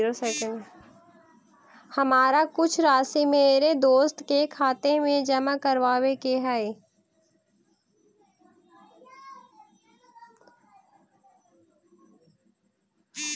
हमारा कुछ राशि मेरे दोस्त के खाते में जमा करावावे के हई